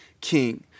king